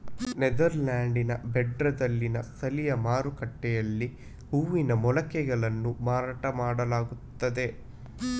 ನೆದರ್ಲ್ಯಾಂಡ್ಸಿನ ಬ್ರೆಡಾದಲ್ಲಿನ ಸ್ಥಳೀಯ ಮಾರುಕಟ್ಟೆಯಲ್ಲಿ ಹೂವಿನ ಮೊಳಕೆಗಳನ್ನು ಮಾರಾಟ ಮಾಡಲಾಗುತ್ತದೆ